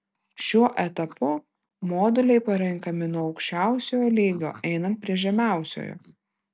šiuo etapu moduliai parenkami nuo aukščiausiojo lygio einant prie žemiausiojo